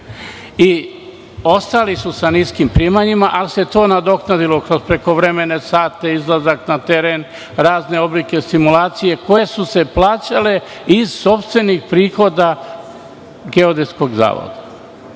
I ostali su sa niskim primanjima, ali se to nadoknadilo kroz prekovremene sate, izlazak na teren, razne oblike stimulacije, koje su se plaćale iz sopstvenih prihoda Geodetskog